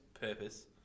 purpose